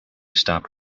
stop